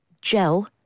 gel